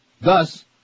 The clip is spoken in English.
Thus